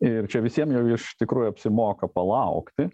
ir čia visiem jau iš tikrųjų apsimoka palaukti